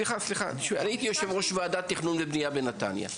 הייתי יושב-ראש ועדת תכנון ובנייה בנתניה.